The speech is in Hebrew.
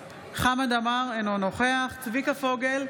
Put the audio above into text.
עמאר, אינו נוכח צביקה פוגל,